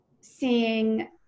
seeing